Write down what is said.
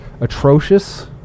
Atrocious